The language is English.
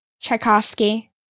Tchaikovsky